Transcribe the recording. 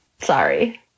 Sorry